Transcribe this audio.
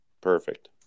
Perfect